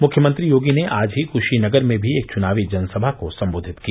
मुख्यमंत्री योगी ने आज ही कुशीनगर में भी एक चुनावी जनसभा को सम्बोधित किया